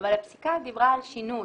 אבל הפסיקה דיברה על שינוי.